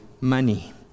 money